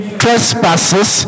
trespasses